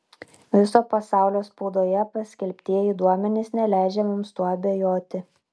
viso pasaulio spaudoje paskelbtieji duomenys neleidžia mums tuo abejoti